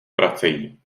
vracejí